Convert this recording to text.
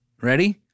Ready